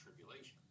tribulation